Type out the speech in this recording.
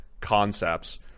concepts